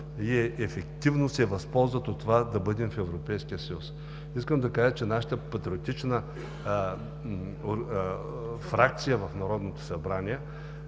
и ефективно се възползват от това да бъдем в Европейския съюз. Нашата патриотична фракция в Народното събрание